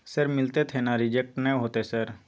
Sir मिलते थे ना रिजेक्ट नय होतय सर?